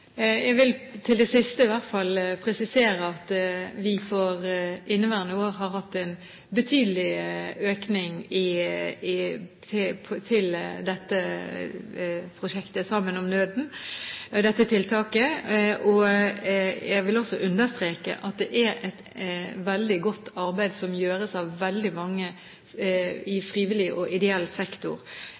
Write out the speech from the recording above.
Jeg vil til det siste i hvert fall presisere at vi for inneværende år har hatt en betydelig økning til prosjektet «Sammen om nøden». Jeg vil også understreke at det er et veldig godt arbeid som gjøres av veldig mange i frivillig og ideell sektor,